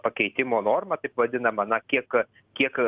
pakeitimo normą taip vadinamą na kiek kiek